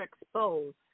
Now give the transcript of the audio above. exposed